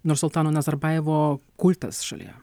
nursultano nazarbajevo kultas šalyje